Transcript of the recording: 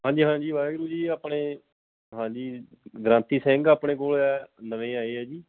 ਹਾਂਜੀ ਹਾਂਜੀ ਵਾਹਿਗੁਰੂ ਜੀ ਆਪਣੇ ਹਾਂਜੀ ਗ੍ਰੰਥੀ ਸਿੰਘ ਆਪਣੇ ਕੋਲ ਹੈ ਨਵੇਂ ਆਏ ਆ ਜੀ